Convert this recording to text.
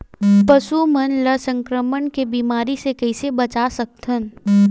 पशु मन ला संक्रमण के बीमारी से कइसे बचा सकथन?